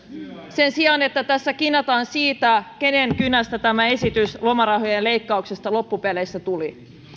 sen sijaan että tässä kinataan siitä kenen kynästä esitys lomarahojen leikkauksesta loppupeleissä tuli